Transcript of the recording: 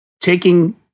taking